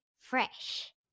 fresh